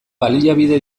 baliabide